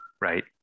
right